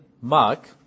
Mark